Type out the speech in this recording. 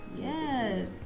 Yes